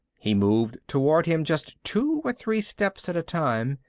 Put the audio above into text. he moved toward him just two or three steps at a time,